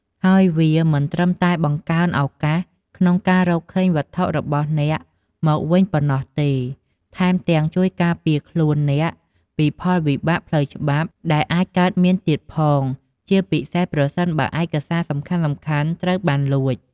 ហើយវាមិនត្រឹមតែបង្កើនឱកាសក្នុងការរកឃើញវត្ថុរបស់អ្នកមកវិញប៉ុណ្ណោះទេ ថែមទាំងជួយការពារខ្លួនអ្នកពីផលវិបាកផ្លូវច្បាប់ដែលអាចកើតមានទៀតផង ជាពិសេសប្រសិនបើឯកសារសំខាន់ៗត្រូវបានលួច។